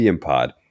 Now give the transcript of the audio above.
Pod